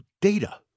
data